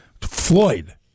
Floyd